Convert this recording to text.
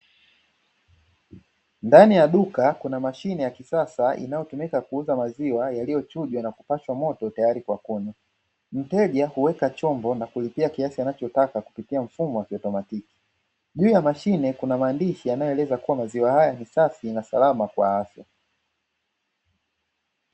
Ndani ya duka kuna mashine ya kisasa inayotumika kuuza maziwa yaliyochujwa na kupashwa moto tayari kwa kunywa. Mteja huweka chombo na kulipia kiasi anachotaka kupitia mfumo wa kiautomatiki. Juu ya mashine kuna maandishi yanayoeleza kuwa maziwa haya ni safi na salama kwa afya.